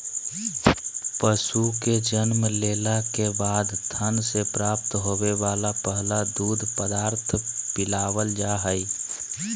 पशु के जन्म लेला के बाद थन से प्राप्त होवे वला पहला दूध पदार्थ पिलावल जा हई